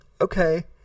okay